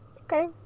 okay